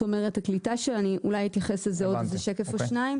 אני אתייחס לזה עוד שקף-שניים.